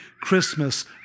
Christmas